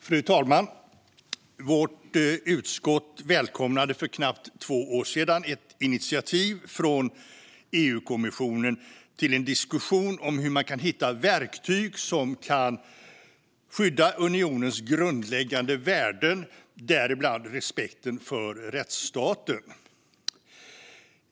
Fru talman! Vårt utskott välkomnade för knappt två år sedan ett initiativ från EU-kommissionen till en diskussion om hur man kan hitta verktyg för att skydda unionens grundläggande värden, däribland respekten för rättsstaten.